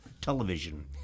Television